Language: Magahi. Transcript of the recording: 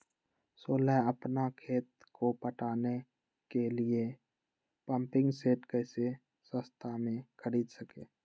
सोलह अपना खेत को पटाने के लिए पम्पिंग सेट कैसे सस्ता मे खरीद सके?